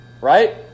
Right